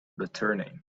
returning